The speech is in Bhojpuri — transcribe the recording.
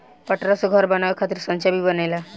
पटरा से घर बनावे खातिर सांचा भी बनेला